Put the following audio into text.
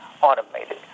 automated